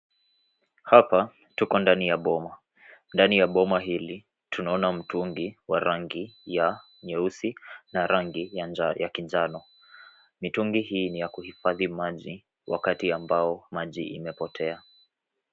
Hapa tuko ndani ya boma. Ndani ya boma hili tunaona mtungi ya rangi nyeusi na rangi ya kinjano. Mitungi hii ni ya kuhifadhi maji wakiti ambao maji imepotea.